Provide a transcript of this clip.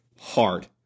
hard